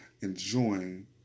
enjoying